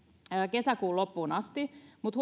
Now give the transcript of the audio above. kesäkuun loppuun asti mutta